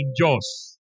Joss